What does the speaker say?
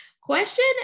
Question